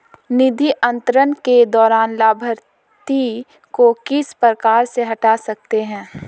निधि अंतरण के दौरान लाभार्थी को किस प्रकार से हटा सकते हैं?